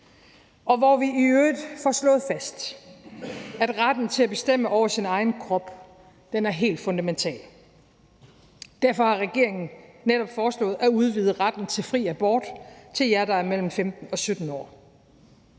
og hvor vi i øvrigt får slået fast, at retten til at bestemme over sin egen krop er helt fundamental. Derfor har regeringen netop foreslået at udvide retten til fri abort til jer, der er mellem 15 og 17 år.